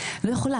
אני לא יכולה,